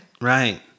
right